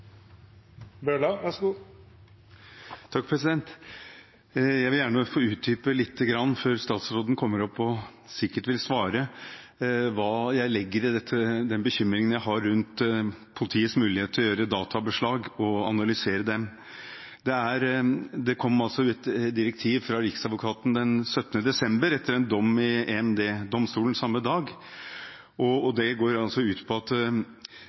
sikkert vil svare, hva jeg legger i bekymringen rundt politiets mulighet til å gjøre databeslag og analysere dem. Det kom et direktiv fra Riksadvokaten den 17. desember etter en dom i EMD-domstolen samme dag. Det går ut på at